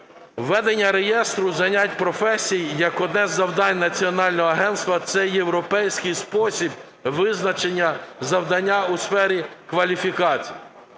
Введення реєстру занять професій як одне з завдань Національного агентства – це європейський спосіб визначення завдання у сфері кваліфікацій.